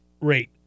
rate